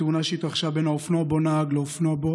בתאונה שהתרחשה בין האופנוע שבו נהג לאופנוע שבו